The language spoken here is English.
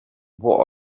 what